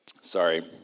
Sorry